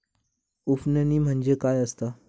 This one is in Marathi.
उफणणी म्हणजे काय असतां?